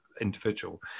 individual